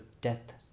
death